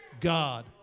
God